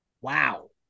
Wow